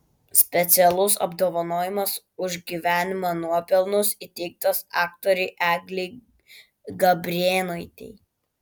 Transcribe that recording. specialus apdovanojimas už gyvenimo nuopelnus įteiktas aktorei eglei gabrėnaitei